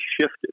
shifted